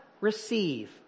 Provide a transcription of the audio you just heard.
receive